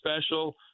special